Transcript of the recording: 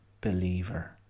believer